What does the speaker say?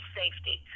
safety